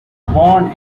born